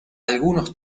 algunos